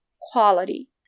quality